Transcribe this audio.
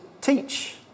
teach